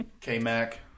K-Mac